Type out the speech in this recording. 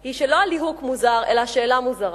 היא שלא הליהוק מוזר, אלא השאלה מוזרה.